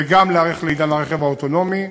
וגם להיערך לעידן הרכב האוטונומי,